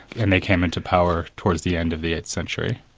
and they came into power towards the end of the eighth century.